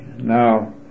Now